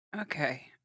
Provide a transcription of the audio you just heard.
Okay